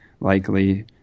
likely